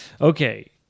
Okay